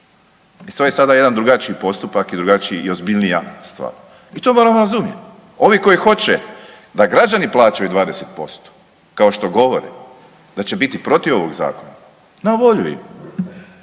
I to je sada jedan drugačiji postupak i drugačiji i ozbiljnija stvar. I to moramo razumjeti. Ovi koji hoće da građani plaćaju 20% kao što govore da će biti protiv ovog zakona na volju im.